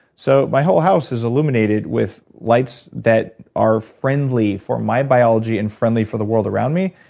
so my whole house is illuminated with lights that are friendly for my biology, and friendly for the world around me.